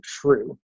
true